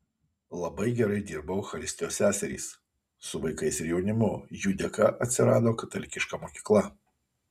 labai gerai dirbo eucharistijos seserys su vaikais ir jaunimu jų dėka atsirado katalikiška mokykla